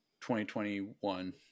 2021